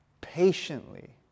patiently